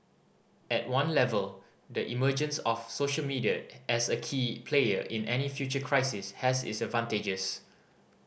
at one level the emergence of social media as a key player in any future crisis has its advantages